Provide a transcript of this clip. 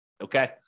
Okay